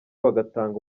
bagatanga